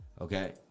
okay